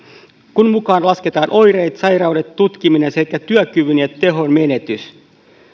kun mukaan lasketaan oireet sairaudet tutkiminen sekä työkyvyn ja tehon menetys